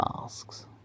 masks